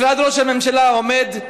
משרד ראש הממשלה עומד,